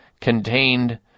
contained